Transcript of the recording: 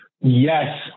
Yes